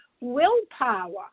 willpower